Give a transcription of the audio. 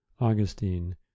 Augustine